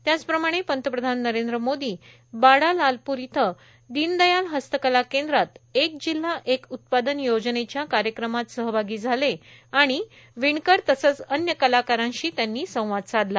त्याचप्रमाणे पंतप्रधान नरेंद्र मोदी बाडा लालप्र इथं दीनदयाल हस्तकला केंद्रात एक जिल्हा एक उत्पादन योजनेच्या कार्यक्रमात सहभागी झाले आणि विणकर तसंच अन्य कलाकारांशी त्यांनी संवाद साधला